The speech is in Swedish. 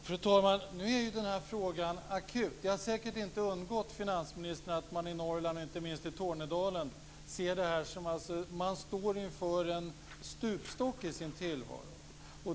Fru talman! Nu är ju den här frågan akut. Det har säkert inte undgått finansministern att man i Norrland, inte minst i Tornedalen, ser det som att man står inför en stupstock i sin tillvaro.